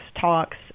talks